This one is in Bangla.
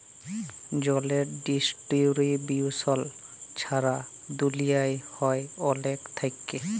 জলের ডিস্টিরিবিউশল ছারা দুলিয়াল্লে হ্যয় অলেক থ্যাইকে